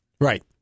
Right